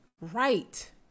right